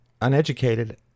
uneducated